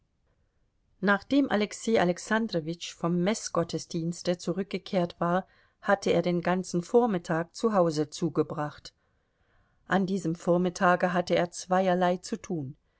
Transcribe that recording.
nachdem alexei alexandrowitsch vom meßgottesdienste zurückgekehrt war hatte er den ganzen vormittag zu hause zugebracht an diesem vormittage hatte er zweierlei zu tun